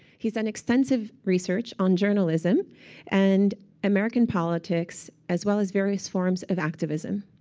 he's done extensive research on journalism and american politics as well as various forms of activism.